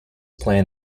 plan